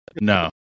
no